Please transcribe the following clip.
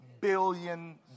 billion